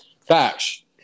Facts